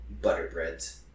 butterbreads